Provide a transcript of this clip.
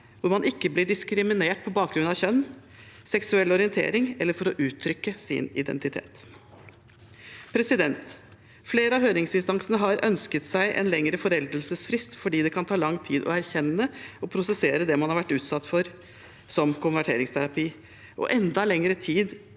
hvor man ikke blir diskriminert på bakgrunn av kjønn eller seksuell orientering, eller for å uttrykke sin identitet. Flere av høringsinstansene har ønsket seg en lengre foreldelsesfrist fordi det kan ta lang tid å erkjenne og prosessere det man har vært utsatt for, som konverteringsterapi, og enda lengre tid